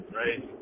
right